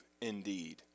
indeed